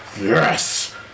Yes